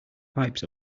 pipes